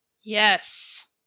Yes